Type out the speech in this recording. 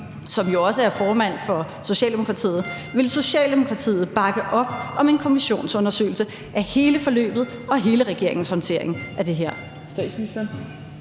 som jo også er formand for Socialdemokratiet: Vil Socialdemokratiet bakke op om en kommissionsundersøgelse af hele forløbet og hele regeringens håndtering af det her?